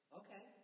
okay